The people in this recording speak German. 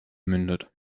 mündet